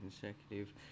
consecutive